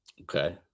Okay